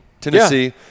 Tennessee